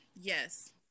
Yes